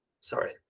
sorry